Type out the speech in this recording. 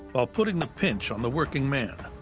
while putting the pinch on the working man.